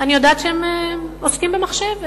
אני יודעת שהם עוסקים במחשב.